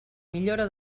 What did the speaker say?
millora